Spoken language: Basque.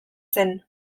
zen